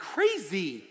Crazy